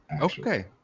Okay